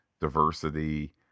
diversity